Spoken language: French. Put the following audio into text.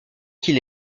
qu’il